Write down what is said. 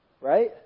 Right